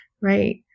Right